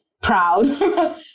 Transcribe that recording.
Proud